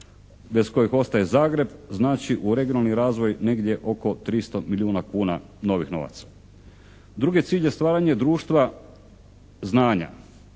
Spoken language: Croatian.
bez kojih ostaje Zagreb, znači u regionalni razvoj negdje oko 300 milijuna kuna novih novaca. Drugi cilj je stvaranje društva znanja.